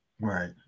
Right